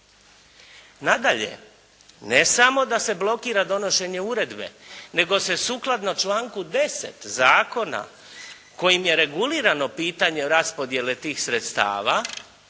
Nadalje, ne samo da se blokira donošenje uredbe nego se sukladno članku 10. zakona kojim je regulirano pitanje raspodjele tih sredstava,